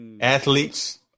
athletes